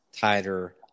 tighter